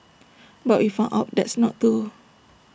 but we found out that's not true